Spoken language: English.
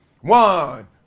One